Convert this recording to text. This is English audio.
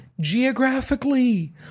geographically